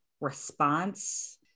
response